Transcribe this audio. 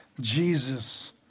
Jesus